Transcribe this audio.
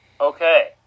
Okay